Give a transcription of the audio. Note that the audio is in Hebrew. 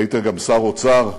היית גם שר אוצר,